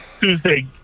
Tuesday